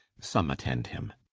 some attend him.